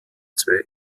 zwei